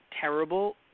terrible